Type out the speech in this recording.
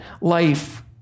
life